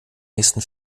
nächsten